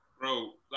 bro